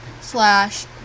slash